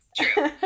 True